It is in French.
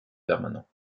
permanent